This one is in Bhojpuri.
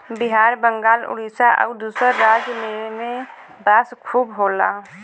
बिहार बंगाल उड़ीसा आउर दूसर राज में में बांस खूब होला